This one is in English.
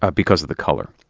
ah because of the color.